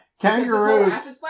Kangaroos